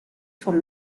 for